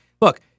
look